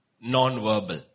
non-verbal